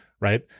right